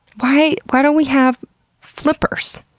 why why don't we have flippers?